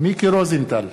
מיקי רוזנטל,